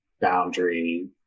boundary